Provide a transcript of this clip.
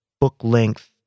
book-length